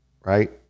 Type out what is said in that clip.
Right